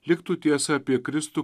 liktų tiesa apie kristų